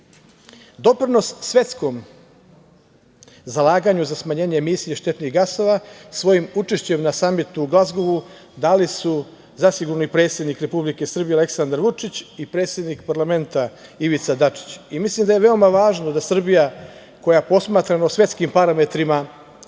svetskom zalaganju za smanjenje emisije štetnih gasova svojim učešćem na samitu u Glazgovu dali su predsednik Republike Srbije Aleksandar Vučić i predsednik parlamenta Ivica Dačić. Mislim da je veoma važno da Srbija koja posmatrano svetskim parametrima